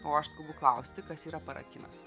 o aš skubu klausti kas yra para kinas